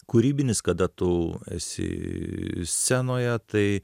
kūrybinis kada tu esi scenoje tai